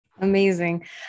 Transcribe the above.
Amazing